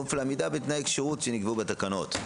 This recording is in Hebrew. בכפוף לעמידה בתנאי כשירות שנקבעו בתקנות.